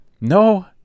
No